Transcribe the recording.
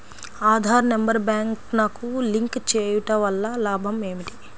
Aadhaar number బ్యాంక్నకు link చేయుటవల్ల లాభం ఏమిటి?